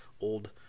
old